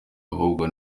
ahubwo